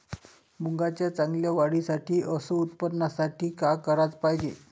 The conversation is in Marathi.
मुंगाच्या चांगल्या वाढीसाठी अस उत्पन्नासाठी का कराच पायजे?